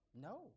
No